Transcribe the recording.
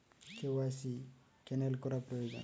KYC cancel করা প্রয়োজন?